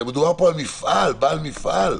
מדובר פה על בעל מפעל.